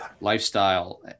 lifestyle